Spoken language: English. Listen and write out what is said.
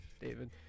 David